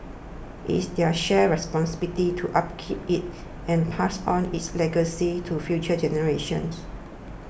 it is their shared responsibility to upkeep it and pass on its legacy to future generations